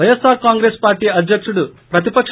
YSR Congress party అధ్యకుడు ప్రతిపక